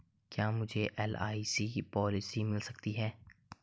क्या मुझे LIC policy मिल सकती है?